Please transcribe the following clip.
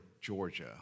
Georgia